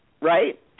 right